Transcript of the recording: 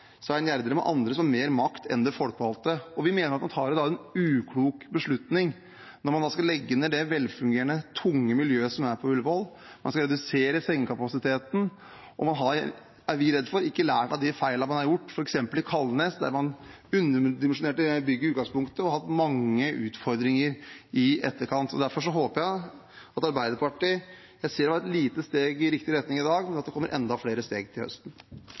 andre som har mer makt enn de folkevalgte. Vi mener at man tar en uklok beslutning når man skal legge ned det velfungerende, tunge miljøet som er på Ullevål, man skal redusere sengekapasiteten, og man har – er vi redd for – ikke lært av de feilene man har gjort f.eks. på Kalnes, der man underdimensjonerte bygget i utgangspunktet og har hatt mange utfordringer i etterkant. Derfor håper jeg at Arbeiderpartiet – jeg ser det er et lite steg i riktig retning i dag – tar enda flere steg til høsten.